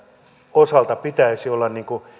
osalta pitäisi olla